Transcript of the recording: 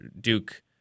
Duke